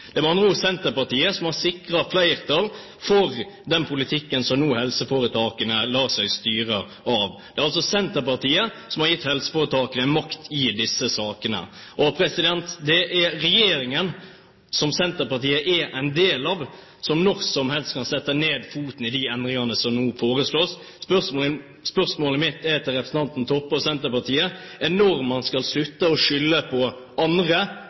makt som man har i dag. I 2009 foreslo Høyre å utarbeide en mer operativ nasjonal helseplan der Stortinget skulle gi klare politiske føringer for sykehusstrukturen. Dette stemte Senterpartiet imot. Det er Senterpartiet som har sikret flertall for den politikken som helseforetakene nå lar seg styre av. Det er altså Senterpartiet som har gitt helseforetakene makt i disse sakene. Regjeringen, som Senterpartiet er en del av, kan når som helst sette ned foten for de endringene som nå foreslås. Spørsmålet mitt til representanten Toppe og